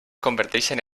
converteixen